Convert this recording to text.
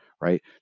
Right